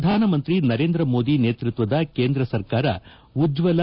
ಪ್ರಧಾನಮಂತ್ರಿ ನರೇಂದ್ರ ಮೋದಿ ನೇತೃತ್ವದ ಕೇಂದ್ರ ಸರ್ಕಾರ ಉಜ್ವಲ